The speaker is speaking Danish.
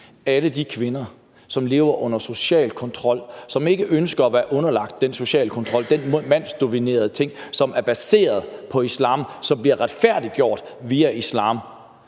alle de kvinder, som lever under social kontrol, og som ikke ønsker at være underlagt den sociale kontrol, den mandsdominerede ting, som er baseret på islam, og som bliver retfærdiggjort via islam,